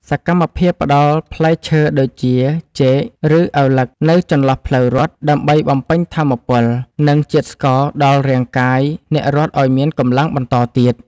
សកម្មភាពផ្ដល់ផ្លែឈើដូចជាចេក ឬឪឡឹកនៅចន្លោះផ្លូវរត់ ដើម្បីបំពេញថាមពល និងជាតិស្ករដល់រាងកាយអ្នករត់ឱ្យមានកម្លាំងបន្តទៀត។